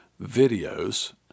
videos